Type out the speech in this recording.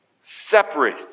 separate